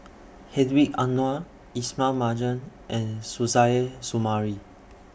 Hedwig Anuar Ismail Marjan and Suzairhe Sumari